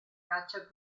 caccia